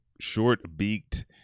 short-beaked